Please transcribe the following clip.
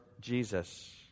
Jesus